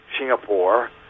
Singapore